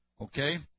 Okay